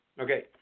Okay